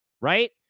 right